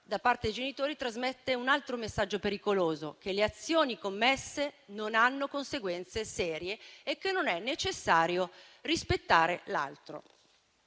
da parte dei genitori trasmette un altro messaggio pericoloso: che le azioni commesse non hanno conseguenze serie e che non è necessario rispettare l'altro.